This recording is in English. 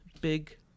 big